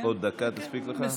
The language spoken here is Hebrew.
עוד דקה תספיק לך?